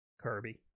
Kirby